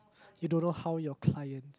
you don't know how your clients